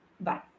Bye